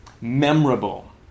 memorable